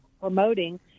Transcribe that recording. promoting